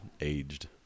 aged